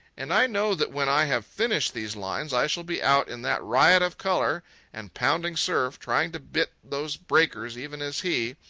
and i know that when i have finished these lines i shall be out in that riot of colour and pounding surf, trying to bit those breakers even as he,